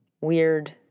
weird